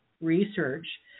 research